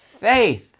faith